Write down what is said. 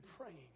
praying